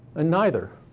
and neither.